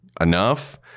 enough